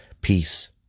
peace